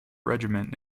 regiment